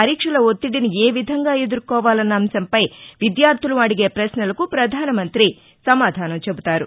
పరీక్షల ఒత్తిడిని ఏ విధంగా ఎదుర్కోవాలన్న అంశంపై విద్యార్దులు అడిగే పశ్నలకు పధానమంత్రి సమాధానం చెబుతారు